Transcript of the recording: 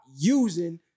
using